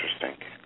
interesting